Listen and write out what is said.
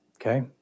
Okay